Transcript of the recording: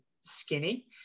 skinny